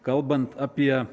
kalbant apie